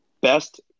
Best